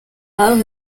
lados